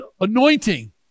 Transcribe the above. anointing